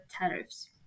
tariffs